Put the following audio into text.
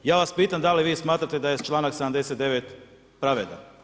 Ja vas pitam da li vi smatrate da je članak 79. pravedan?